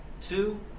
Two